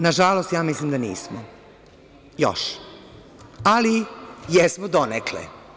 Na žalost mislim da nismo još, ali jesmo donekle.